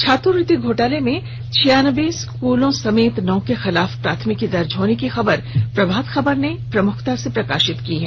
छात्रवृत्ति घोटाले में छियानबे स्कूलों समेत नौ के खिलाफ प्राथमिकी दर्ज होने की खबर को प्रभात खबर ने प्रमुखता से प्रकाशित किया है